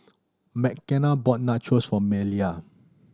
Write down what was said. Mckenna bought Nachos for Maleah